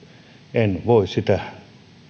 en voi sitä